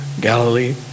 galilee